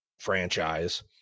franchise